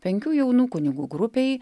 penkių jaunų kunigų grupei